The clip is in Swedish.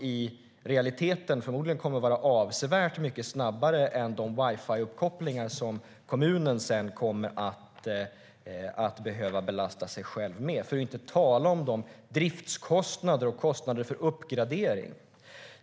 I realiteten kommer de förmodligen att vara avsevärt mycket snabbare än de wifi-uppkopplingar som kommunen sedan kommer att behöva belasta sig själv med, för att inte tala om driftskostnaderna och kostnaderna för uppgradering.